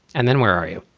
and then where are you?